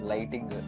Lighting